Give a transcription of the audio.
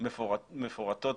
מפורטות